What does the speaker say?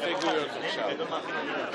ההצעה עברה.